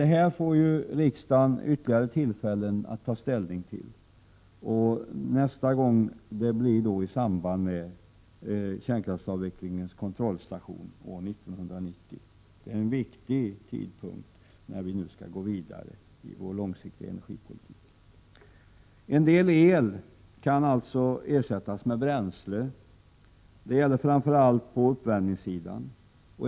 Detta får riksdagen ytterligare tillfällen att ta ställning till — nästa gång blir i samband med kärnkraftsavvecklingens kontrollstation år 1990. Det är en viktig tidpunkt inför den fortsatta energipolitiken. Viss el kan alltså ersättas med bränsle. Det gäller framför allt på uppvärmningssidan.